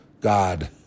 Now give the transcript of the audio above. God